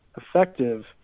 effective